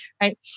right